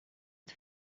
het